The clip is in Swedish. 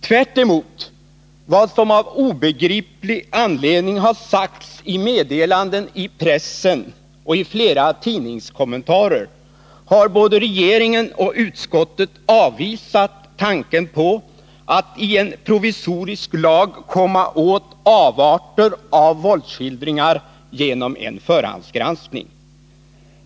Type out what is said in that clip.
Tvärtemot vad som av obegriplig anledning har sagts i meddelanden i pressen och i flera tidningskommentarer har både regeringen och utskottet avvisat tanken på att i en provisorisk lag komma åt avarter av våldsskildringar genom förhandsgranskning.